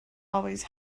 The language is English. always